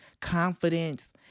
confidence